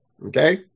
Okay